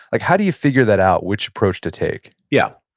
like how do you figure that out? which approach to take? yeah,